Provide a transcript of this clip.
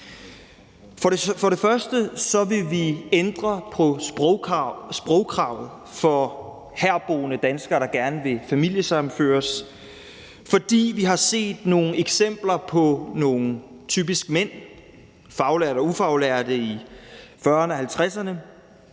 For det første vil vi ændre på sprogkravet for herboende danskere, der gerne vil familiesammenføres. For vi har set eksempler på, at der har været nogle – det har typisk været faglærte og ufaglærte mænd i 40'erne og 50'erne